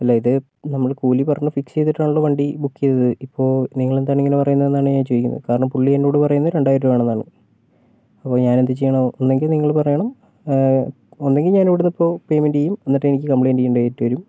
അല്ല ഇത് നമ്മൾ കൂലി പറഞ്ഞ് ഫിക്സ് ചെയ്തിട്ടാണല്ലോ വണ്ടി ബുക്ക് ചെയ്തത് ഇപ്പോൾ നിങ്ങളെന്താണ് ഇങ്ങനെ പറയുന്നത് എന്നാണ് ഞാൻ ചോദിക്കുന്നത് കാരണം പുള്ളി എന്നോട് പറയുന്നത് രണ്ടായിരം രൂപ വേണം എന്നാണ് അപ്പോൾ ഞാൻ എന്തു ചെയ്യണം ഒന്നുകിൽ നിങ്ങൾ പറയണം ഒന്നുകിൽ ഞാൻ ഇവിടെ നിന്നിപ്പൊപ്പോൾ പേയ്മെൻ്റ് ചെയ്യും എന്നിട്ട് എനിക്ക് കംപ്ലയിൻ്റ് ചെയ്യേണ്ടതായിട്ട് വരും